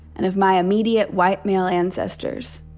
and of my immediate white male ancestors,